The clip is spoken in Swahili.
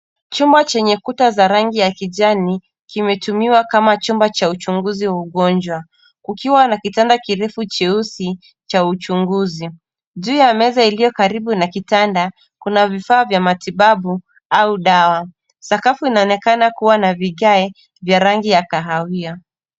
Chumba chenye kuta za rangi ya kijani kimetumiwa kama chumba cha uchunguzi wa ugonjwa kukiwa na kitanda kirefu cheusi cha uchunguzi. Juu ya meza iliyo karibu na kitanda, kuna vifaa vya matibabu au dawa. Sakafu inaonekana kuwa na vigae vya rangi ya kahawia.